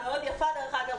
יפה מאוד דרך אגב,